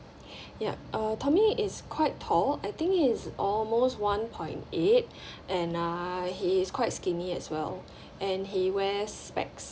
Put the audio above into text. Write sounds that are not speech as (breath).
yup uh tommy is quite tall I think he is almost one point eight (breath) and ah he is quite skinny as well and he wear specs